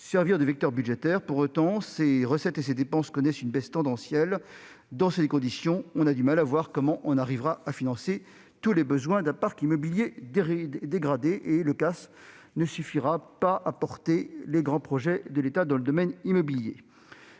servir de vecteur budgétaire. Pourtant, ses recettes et ses dépenses connaissent une baisse tendancielle. Dans ces conditions, on voit mal comment on parviendra à financer tous les besoins d'un parc immobilier dégradé. Le CAS ne suffira pas à porter les grands projets de l'État dans le domaine immobilier.